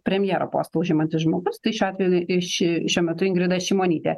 premjero postą užimantis žmogus tai šiuo atveju ir ši šiuo metu ingrida šimonytė